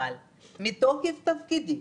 אבל מתוקף תפקידי,